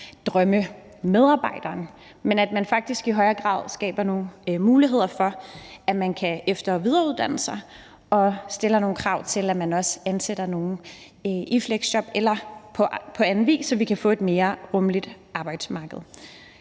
drømmemedarbejderen, og at man faktisk i højere grad skaber nogle muligheder for, at man kan efter- og videreuddanne sig, og at der stilles nogle krav til, at der også ansættes nogle i fleksjob eller på anden vis, så vi kan få et mere rummeligt arbejdsmarked.